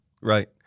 Right